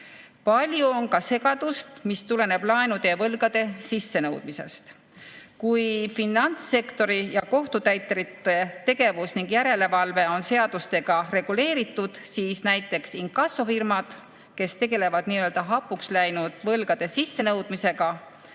Palju on segadust, mis tuleneb laenude ja võlgade sissenõudmisest. Kui finantssektori ja kohtutäiturite tegevus ning järelevalve on seadustega reguleeritud, siis näiteks inkassofirmad, kes tegelevad nii-öelda hapuks läinud võlgade sissenõudmisega,